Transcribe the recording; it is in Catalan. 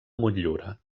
motllura